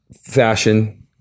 Fashion